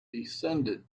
descended